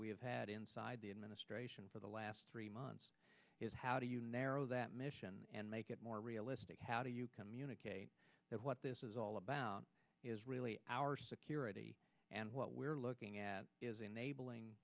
have had inside the administration for the last three months is how do you narrow that mission and make it more realistic how do you communicate that what this is all about is really our security and what we're looking at is